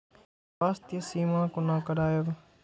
स्वास्थ्य सीमा कोना करायब?